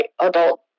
adult